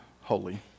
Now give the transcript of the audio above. holy